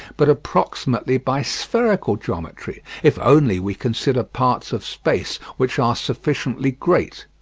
but approximately by spherical geometry, if only we consider parts of space which are sufficiently great.